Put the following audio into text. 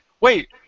wait